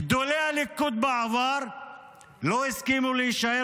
גדולי הליכוד בעבר לא הסכימו להישאר